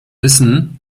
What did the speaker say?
wissen